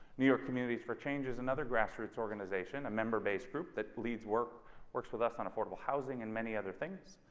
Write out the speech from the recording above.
new york communities for change is another grassroots organization, a member based group that believes we're works with us on affordable housing and many other things.